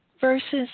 versus